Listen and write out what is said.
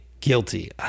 guilty